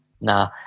nah